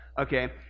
Okay